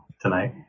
tonight